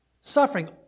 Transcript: suffering